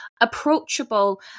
approachable